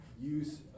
use